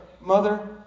mother